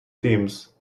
teams